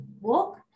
walk